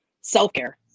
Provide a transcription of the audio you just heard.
self-care